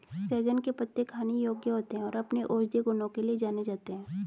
सहजन के पत्ते खाने योग्य होते हैं और अपने औषधीय गुणों के लिए जाने जाते हैं